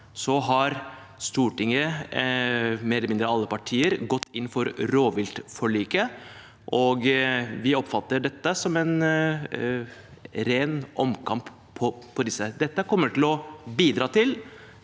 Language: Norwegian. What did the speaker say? Så har Stortinget, mer eller mindre alle partier, gått inn for rovviltforliket, og vi oppfatter dette som en ren omkamp om det. Det kommer til å bidra til